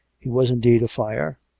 he was, indeed, a fire,